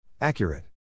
Accurate